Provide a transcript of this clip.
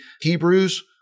Hebrews